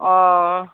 अह